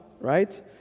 Right